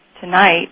tonight